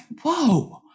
whoa